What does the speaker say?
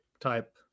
type